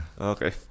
Okay